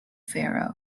pharaoh